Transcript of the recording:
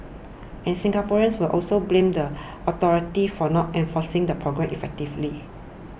and Singaporeans will also blame the authorities for not enforcing the programme effectively